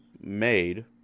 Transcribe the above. made